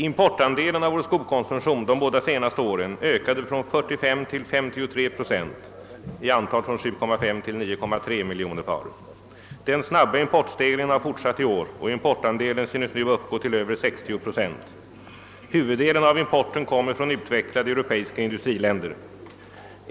Importandelen av vår skokonsumtion de båda senaste åren ökade från 45 procent till 53 procent, i antal från 750 till 9,3 miljoner par. Den snabba importstegringen har fortsatt i år och importandelen synes nu uppgå till över 60 procent. Huvuddelen av importen kommer från utvecklade europeiska industriländer.